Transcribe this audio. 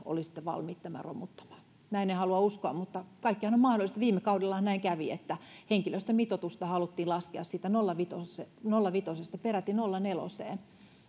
olisitte valmiit tämän romuttamaan näin en halua uskoa mutta kaikkihan on mahdollista viime kaudellahan näin kävi että henkilöstömitoitusta haluttiin laskea siitä nolla pilkku viidestä peräti nolla pilkku neljään